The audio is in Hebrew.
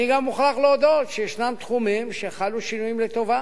אני גם מוכרח להודות שיש תחומים שחלו בהם שינויים לטובה.